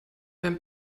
beim